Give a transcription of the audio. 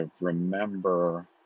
remember